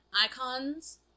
icons